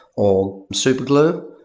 or super glue.